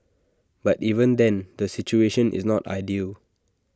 but even then the situation is not ideal